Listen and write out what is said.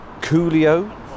Coolio